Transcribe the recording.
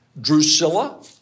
Drusilla